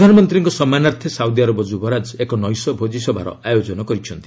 ପ୍ରଧାନମନ୍ତ୍ରୀଙ୍କ ସମ୍ମାନାର୍ଥେ Saudi Arab ଯୁବରାଜ ଏକ ନୈଶ ଭୋଜିସଭାର ଆୟୋଜନ କରିଛନ୍ତି